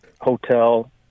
hotel